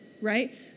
right